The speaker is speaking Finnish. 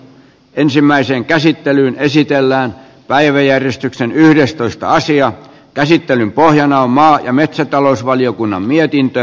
ensimmäiseen käsittelyyn esitellään päiväjärjestyksen yhdestoista asian käsittelyn pohjana on maa ja metsätalousvaliokunnan mietintö